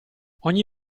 ogni